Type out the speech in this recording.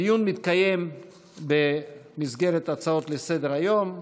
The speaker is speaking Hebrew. הדיון מתקיים במסגרת הצעות לסדר-היום.